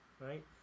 right